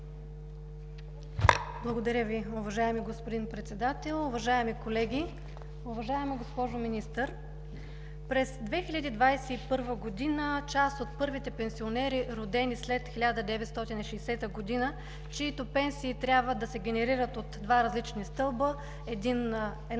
Благодаря Ви, уважаеми господин Председател. Уважаеми колеги, уважаема госпожо Министър! През 2021 г. част от първите пенсионери, родени след 1960 г., чиито пенсии трябва да се генерират от два различни стълба – една